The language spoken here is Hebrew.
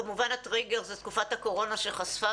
כמובן הטריגר הוא תקופת הקורונה שחשפה